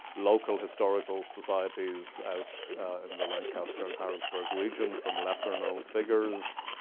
local historical societies out in the lancaster and harrisburg region from lesser-known figures.